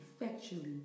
effectually